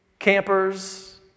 campers